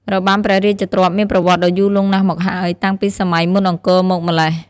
របាំព្រះរាជទ្រព្យមានប្រវត្តិដ៏យូរលង់ណាស់មកហើយ តាំងពីសម័យមុនអង្គរមកម្ល៉េះ។